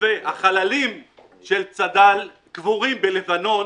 החללים של צד"ל קבורים בלבנון